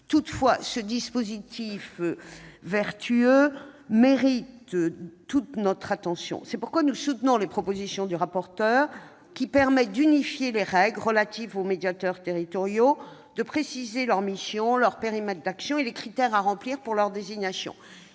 Toutefois, ce dispositif vertueux mérite toute notre attention. C'est pourquoi nous soutenons les propositions du rapporteur tendant à unifier les règles relatives aux médiateurs territoriaux, à préciser leurs missions, leur périmètre d'action et les critères à remplir pour leurs désignations.